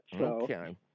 Okay